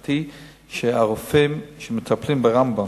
לבקשתי שהרופאים שמטפלים ב"רמב"ם"